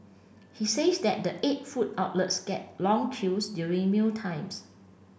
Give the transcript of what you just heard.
he says that the eight food outlets get long queues during mealtimes